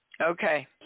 Okay